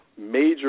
major